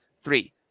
three